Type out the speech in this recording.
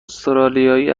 استرالیایی